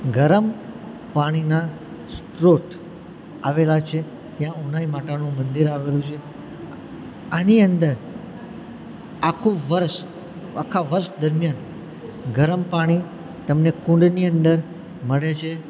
ગરમ પાણીના સ્ત્રોત આવેલાં છે ત્યાં ઉનાઈ માતાનું મંદિર આવેલું છે આની અંદર આખું વર્ષ આખા વર્ષ દરમ્યાન ગરમ પાણી તમને કુંડની અંદર મળે છે